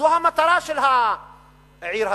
זאת המטרה של העיר הזאת.